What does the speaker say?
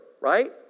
right